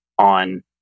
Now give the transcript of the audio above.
on